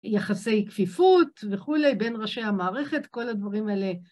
יחסי כפיפות וכולי, בין ראשי המערכת, כל הדברים האלה.